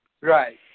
Right